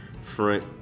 front